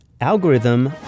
Algorithm